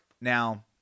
Now